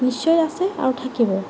নিশ্চয় আছে আৰু থাকিব